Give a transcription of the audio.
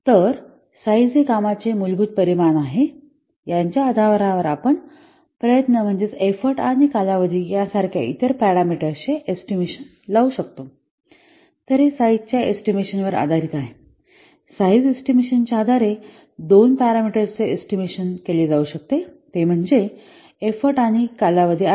तर साईझ हे कामाचे मूलभूत परिमाण आहे याच्या आधारावर आपण प्रयत्न आणि कालावधी यासारख्या इतर पॅरामीटर्स चे एस्टिमेशन लावू शकतो तर हे साईझ च्या एस्टिमेशन वर आधारित आहेसाईझ एस्टिमेशन च्या आधारे दोन पॅरामीटर्सचे एस्टिमेशन केले जाऊ शकते ते म्हणजे प्रयत्न आणि कालावधी आहेत